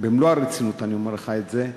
במלוא הרצינות אני אומר לך את זה,